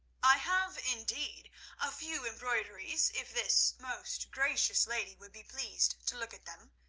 i have indeed a few embroideries if this most gracious lady would be pleased to look at them.